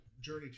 journey